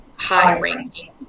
high-ranking